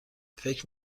فکر